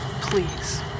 please